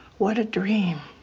what a dream,